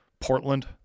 Portland